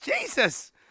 Jesus